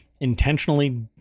intentionally